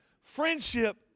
friendship